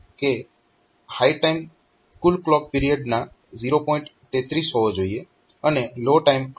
33 હોવો જોઈએ અને લો ટાઈમ ક્લોક પીરીયડના 0